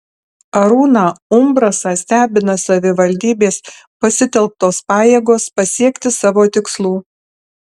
arūną umbrasą stebina savivaldybės pasitelktos pajėgos pasiekti savo tikslų